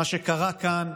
מה שקרה כאן,